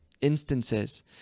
instances